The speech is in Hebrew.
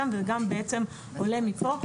שם וגם בעצם עולה מפה,